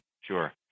sure